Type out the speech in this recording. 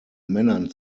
männern